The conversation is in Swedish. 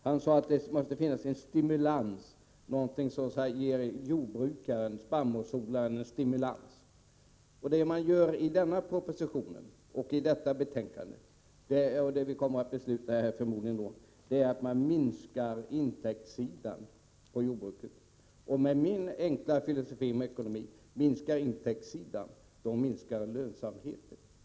Han sade att det måste finnas en stimulans till jordbrukaren, spannmålsodlaren. Men det som föreslås i denna proposition och i betänkandet — och så kommer vi förmodligen att besluta i morgon — innebär att man minskar intäktssidan till jordbruket. Med min enkla filosofi om ekonomin innebär minskade intäkter minskad lönsamhet.